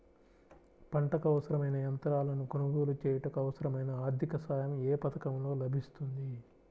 పంటకు అవసరమైన యంత్రాలను కొనగోలు చేయుటకు, అవసరమైన ఆర్థిక సాయం యే పథకంలో లభిస్తుంది?